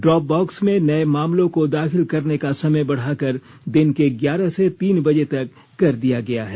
drop box में नए मामलों को दाखिल करने का समय बढ़ाकर दिन के ग्यारह से तीन बजे तक कर दिया गया है